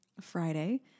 Friday